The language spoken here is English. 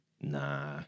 Nah